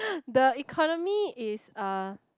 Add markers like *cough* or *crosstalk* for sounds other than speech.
*breath* the economy is uh